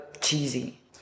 cheesy